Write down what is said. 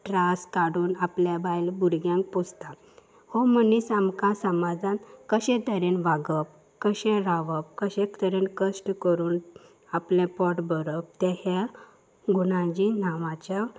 त्रास काडून आपल्या बायल भुरग्यांक पोसता हो मनीस आमकां समाजान कशें तरेन वागप कशें रावप कशे तरेन कश्ट करून आपलें पोट भरप ते ह्या गुणाजी नांवाच्या